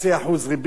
אם במקרה,